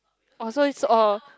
also is all